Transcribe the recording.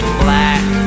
black